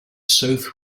south